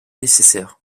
nécessaires